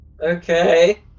Okay